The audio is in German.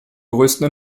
größten